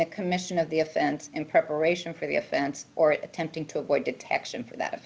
the commission of the offense in preparation for the offense or attempting to avoid detection for that